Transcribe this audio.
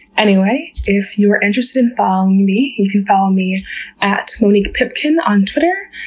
anyway, if you're interested in following me, you can follow me at moniquepipkin on twitter.